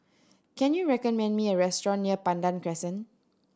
can you recommend me a restaurant near Pandan Crescent